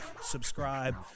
subscribe